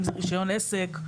אם זה רישיון עסק,